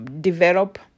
develop